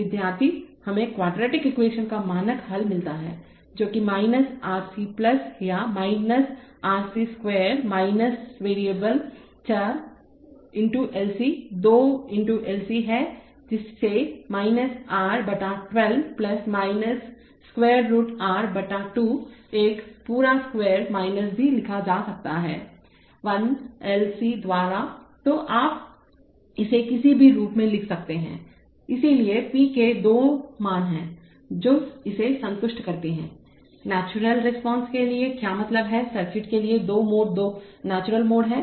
विद्यार्थी हमें quadratic equation का मानक हल मिलता है जो कि माइनस RC या माइनस RC स्क्वायर माइनस चार × LC दो × LC है जिसे माइनस R बटा 12 माइनस √R बटा 2 l पूरा स्क्वायर माइनस भी लिखा जा सकता है 1 एल सी द्वारा तो आप इसे किसी भी रूप में लिख सकते हैंइसलिए p के दो मान हैं जो इसे संतुष्ट करते हैंनेचुरल रिस्पांस के लिए क्या मतलब है सर्किट के लिए दो मोड दो नेचुरल मोड हैं